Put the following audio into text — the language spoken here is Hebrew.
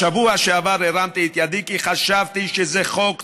בשבוע שעבר הרמתי את ידי כי חשבתי שזה חוק צודק,